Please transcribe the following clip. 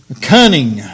cunning